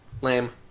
Lame